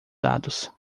dados